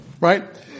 Right